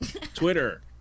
Twitter